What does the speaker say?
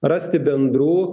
rasti bendrų